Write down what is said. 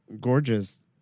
gorgeous